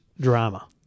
drama